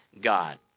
God